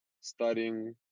studying